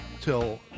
till